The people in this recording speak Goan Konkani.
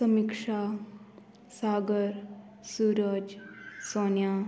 समिक्षा सागर सुरज सोन्या